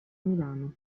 milano